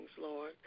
Lord